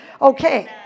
Okay